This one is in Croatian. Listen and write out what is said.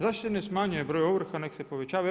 Zašto se ne smanjuje broj ovrha nego se povećavaju?